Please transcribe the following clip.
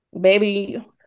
baby